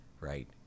right